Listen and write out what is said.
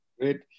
Great